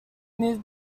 move